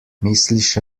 misliš